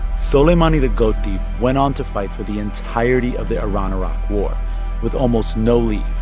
soleimani the goat thief went on to fight for the entirety of the iran-iraq war with almost no leave,